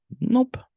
Nope